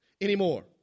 anymore